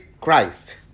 Christ